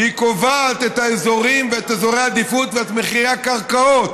כי היא קובעת את האזורים ואת אזורי העדיפות ואת מחירי הקרקעות,